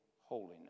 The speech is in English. holiness